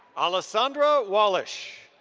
alessandra walesh.